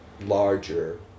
larger